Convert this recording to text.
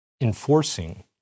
enforcing